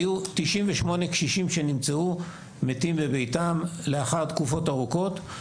היו 98 קשישים שנמצאו מתים בביתם לאחר תקופות ארוכות,